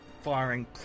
firing